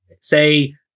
say